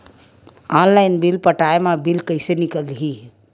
Online bill पटाय मा bill कइसे निकलही?